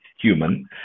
human